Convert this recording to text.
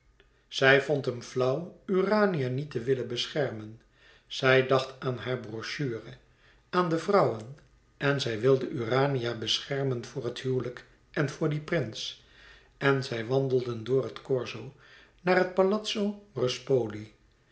zij vond hem flauw urania niet te willen beschermen zij dacht aan hare brochure aan de vrouwen en zij wilde urania beschermen voor het huwelijk en voor dien prins en zij wandelden door het corso naar het